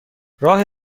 راه